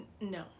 No